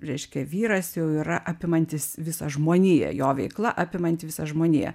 reiškia vyras jau yra apimantis visą žmoniją jo veikla apimanti visą žmoniją